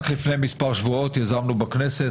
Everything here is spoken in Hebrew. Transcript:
רק לפני מספר שבועות יזמנו בכנסת,